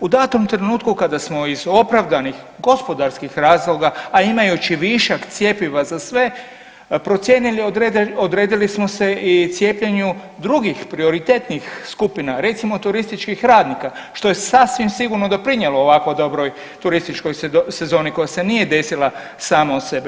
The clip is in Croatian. U datom trenutku kada smo iz opravdanih gospodarskih razloga, a imajući višak cjepiva za sve, procijenili, odredili smo se i cijepljenju drugih prioritetnih skupina, recimo turističkih radnika što je sasvim sigurno doprinijelo ovako dobroj turističkoj sezoni koja se nije desila sama od sebe.